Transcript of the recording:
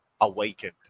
awakened